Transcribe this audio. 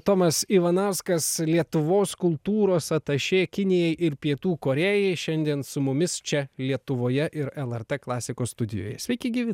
tomas ivanauskas lietuvos kultūros atašė kinijai ir pietų korėjai šiandien su mumis čia lietuvoje ir lrt klasikos studijoje sveiki gyvi